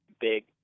big